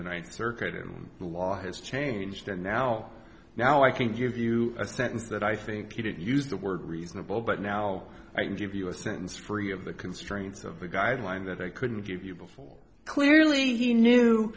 the ninth circuit in the law has changed and now now i can give you a sentence that i think you did use the word reasonable but now i can give you a sense for you of the constraints of the guideline that i couldn't give you before clearly he knew